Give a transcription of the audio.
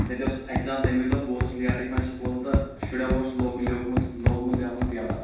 تَتہِ اوس اٮ۪کزام تَمی دۄہ بہٕ ووتُس لیٹٕے پہن سکوٗل تہٕ شُریو اوس لوگ لیوٚکھمُت لوگمُت لٮ۪کھُن پیپَر